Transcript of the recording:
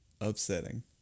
upsetting